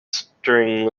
string